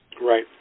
Right